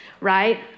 right